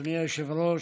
אדוני היושב-ראש,